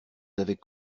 avaient